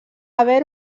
haver